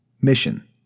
Mission